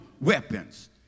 weapons